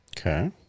okay